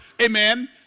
amen